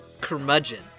curmudgeon